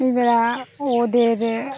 ওদের